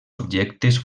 objectes